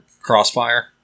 Crossfire